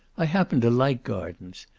i happen to like gardens.